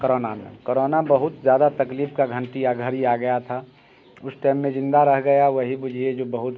corona में corona बहुत ज़्यादा तकलीफ़ का घंटी घड़ी आ गया था उस टाइम में जिन्दा रह गया वही बूझिये जो बहुत